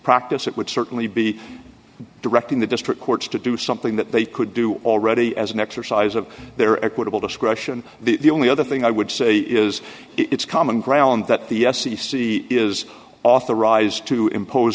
practice it would certainly be directing the district courts to do something that they could do already as an exercise of their equitable discretion the only other thing i would say is it's common ground that the f c c is authorized to impose